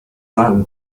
round